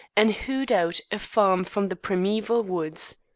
and hewed out a farm from the primeval woods.